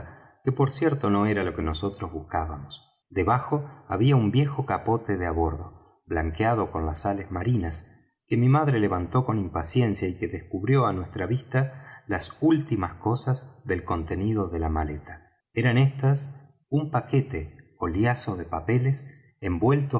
que por cierto no era lo que nosotros buscábamos debajo había un viejo capote de á bordo blanqueado con las sales marinas que mi madre levantó con impaciencia y que descubrió á nuestra vista las últimas cosas del contenido de la maleta eran estas un paquete ó liazo de papeles envueltos